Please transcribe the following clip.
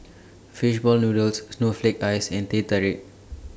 Fish Ball Noodles Snowflake Ice and Teh Tarik